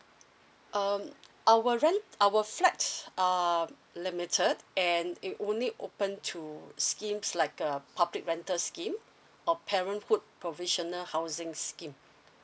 um our rent our flats are limited and it only open to schemes like uh public rental scheme or parenthood provisional housing scheme